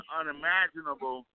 unimaginable